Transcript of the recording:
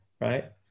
right